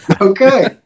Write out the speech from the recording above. Okay